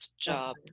job